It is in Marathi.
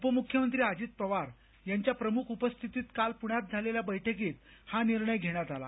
उपमुख्यमंत्री अजित पवार यांच्या प्रमुख उपस्थितीत काल पुण्यात झालेल्या बैठकीत हा निर्णय घेण्यात आला